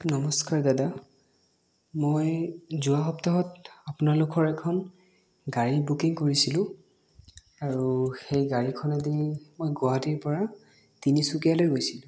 নমষ্কাৰ দাদা মই যোৱা সপ্তাহত আপোনালোকৰ এখন গাড়ী বুকিং কৰিছিলোঁ আৰু সেই গাড়ীখনেদি মই গুৱাহাটীৰ পৰা তিনিচুকীয়ালৈ গৈছিলোঁ